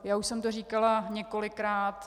Já už jsem to říkala několikrát.